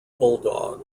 bulldog